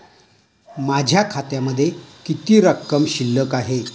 माझ्या खात्यामध्ये किती रक्कम शिल्लक आहे?